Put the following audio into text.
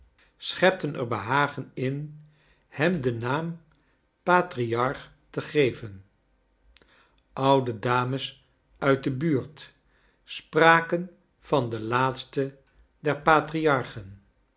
schepten er behagen in hem den naam patriarch te geven oude dames uit de buurt spraken van de laatste der patriarchen